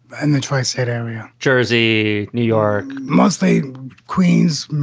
and the tri state area, jersey new york mostly queens.